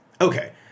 Okay